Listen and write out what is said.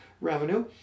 revenue